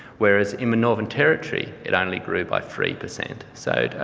whereas in the northern territory, it only grew by three per cent. so,